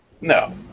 No